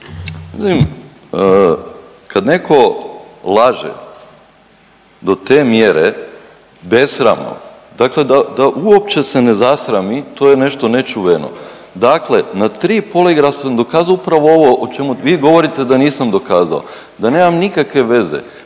(HDZ)** Kad neko laže do te mjere besramno dakle da, da uopće se ne zasrami to je nešto nečuveno, dakle na tri poligrafa sam dokazao upravo ovo o čemu vi govoriti da nisam dokazao, da nemam nikakve veze